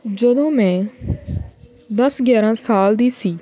ਜਦੋਂ ਮੈਂ ਦਸ ਗਿਆਰ੍ਹਾਂ ਸਾਲ ਦੀ ਸੀ